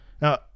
Now